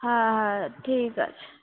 হ্যাঁ হ্যাঁ ঠিক আছে